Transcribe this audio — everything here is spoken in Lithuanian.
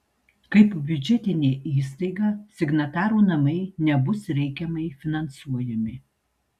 kaip biudžetinė įstaiga signatarų namai nebus reikiamai finansuojami